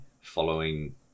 following